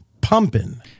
pumping